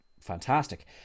fantastic